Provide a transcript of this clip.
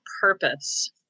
purpose